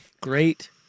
Great